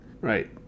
right